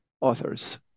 authors